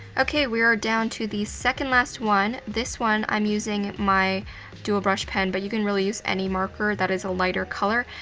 okay, we are down to the second-last one. this one, i'm using my dual brush pen, but you can really use any marker that is a lighter color.